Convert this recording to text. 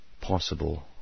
possible